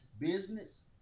business